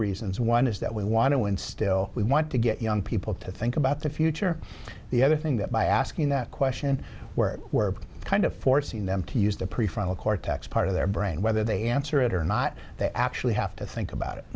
reasons one is that we want to instill we want to get young people to think about the future the other thing that by asking that question where we're kind of forcing them to use the prefrontal cortex part of their brain whether they answer it or not they actually have to think about it